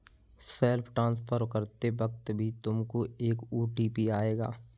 self transfer करते वक्त भी तुमको एक ओ.टी.पी आएगा